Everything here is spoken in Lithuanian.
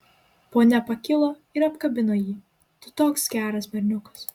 ponia pakilo ir apkabino jį tu toks geras berniukas